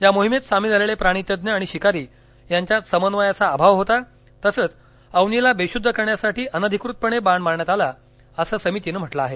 या मोहिमेत सामील झालेले प्राणीतज्ञ आणि शिकारी यांच्यात समन्वयाचा अभाव होता तसंच अवनीला बेशुद्ध करण्यासाठी अनधिकृतपणे बाण मारण्यात आला असं समितीनं म्हटलं आहे